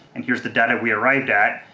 and here's the data we arrived at.